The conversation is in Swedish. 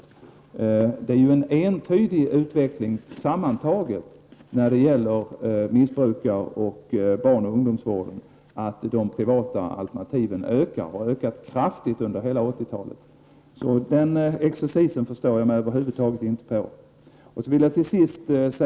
Sammantaget är det en entydig utveckling när det gäller missbrukaroch barnoch ungdomsvården att de privata alternativen har ökat kraftigt under hela 80-talet. Den exercisen förstår jag mig över huvud taget inte på.